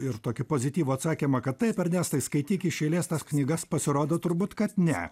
ir tokį pozityvų atsakymą kad taip ernestai skaityk iš eilės tas knygas pasirodo turbūt kad ne